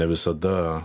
ne visada